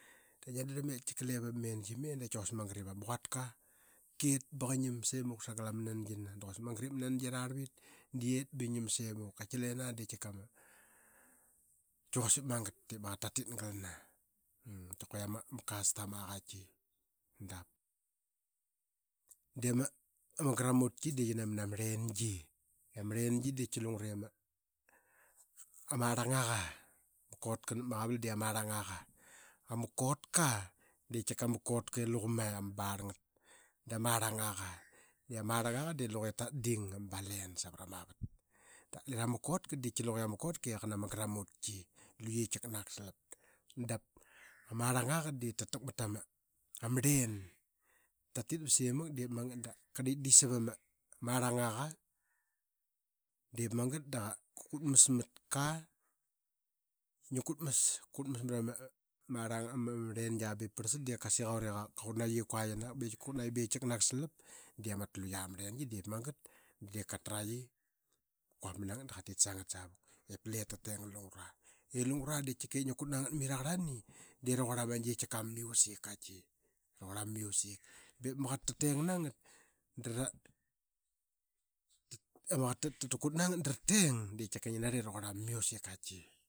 De qaki quaski magat ip ama quat ka qit ba qa ngim simuk da qia ngina. Diip quasik magat ip ma nangis qiarvavit da qit ba simuk da qia ngiam simuk. Qati lena de q ki quasik magat ip ma qaqet tatit galna i quie ama custom aa qaiki dap. De ma gramutki dii qi namanma arlengi i ama rlengi de lungre nama arlangaqa nap ma qaval. De ama kotka de tika ama kotka i laqu mema barl ngat. Dap arlangraqa de luqe tatding ama balen savrama vat dap lira kotka de lira ma kotka ip ma gramutki ip kiknak salap. Ama arlangaqa de diip takmat nama arlen. Tatit ba simak dep magat da qa dikdik sap ama arlangaqa, diip magat daqa ba ma rlengua. Da qa siquare qaqut naqi ba ip vep ba qa siquat de qiknak salapde ama tlu qia ma rlengi. Diip magat da qatarqi qa quapmana ngat da qa tisangat savukip lep tateng ma lungra. I lungra de qatika ngi kut na ngat mai ra qarlani de ra quarl ama gi qatki raquarl ama music. Ba ip maqaqet ta teng na ngat dap kua ama qaqat takut nagat darating de raqurl ama music kati.